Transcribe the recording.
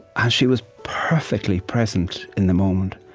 and she was perfectly present in the moment.